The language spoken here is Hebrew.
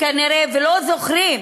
כנראה ולא זוכרים